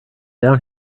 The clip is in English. down